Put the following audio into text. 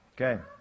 okay